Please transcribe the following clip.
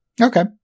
Okay